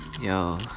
Yo